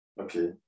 Okay